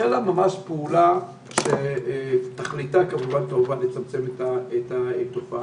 החלה ממש פעולה שתכליתה לצמצם את התופעה.